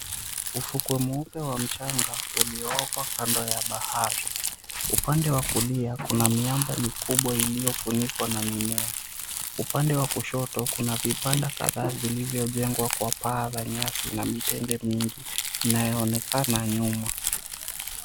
Ufukwe mweupe wa mchanga ulioko kando ya bahari, upande wa kulia kuna miamba mikubwa iliyofunikwa na mimea. Upande wa kushoto kuna vibanda kadhaa vilivyojengwa kwa paa za nyasi na mitende mingi inayoonekana nyuma.